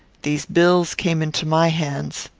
these bills came into my hands.